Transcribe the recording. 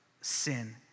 sin